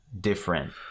different